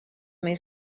may